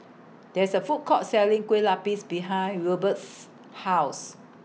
There IS A Food Court Selling Kueh Lapis behind Wilbert's House